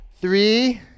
Three